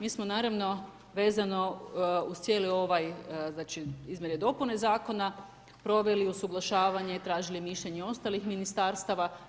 Mi smo naravno vezano uz cijeli ovaj znači, izmjene i dopune zakona proveli usuglašavanje i tražili mišljenje ostalih ministarstava.